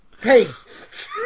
Paste